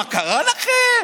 מה קרה לכם?